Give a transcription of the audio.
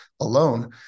alone